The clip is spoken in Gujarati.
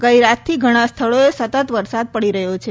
ગઈ રાતથી ઘણા સ્થળોએ સતત વરસાદ પડી રહયો છે